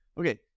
okay